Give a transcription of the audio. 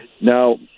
now